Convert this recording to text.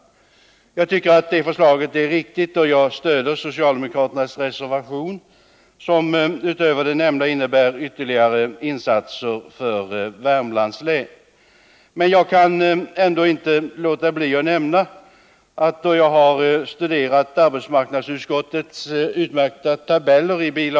Jag tycker att förslaget är riktigt, och jag stöder den socialdemokratiska reservationen 4 vid betänkande nr 23, vilken utöver de nämnda insatserna innebär ytterligare insatser i Värmlands län. Men jag kan ändå inte låta bli att nämna att då jag har studerat arbetsmarknadsutskottets utmärkta tabeller i bil.